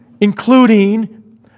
including